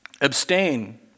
Abstain